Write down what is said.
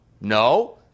No